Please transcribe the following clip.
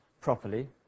properly